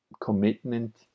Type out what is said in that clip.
commitment